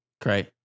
Great